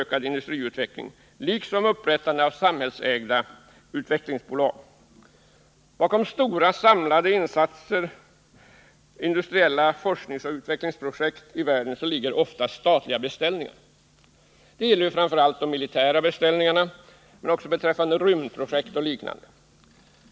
En ökad teknisk utveckling, liksom inrättandet av samhällsägda utvecklingsbolag, är nödvändiga förutsättningar för ökad industriutveckling. Bakom stora samlade industriella forskningsoch utvecklingsprojekt i världen ligger ofta statliga beställningar. Detta gäller framför allt de militära beställningarna, men också beträffande rymdprojekt och liknande projekt.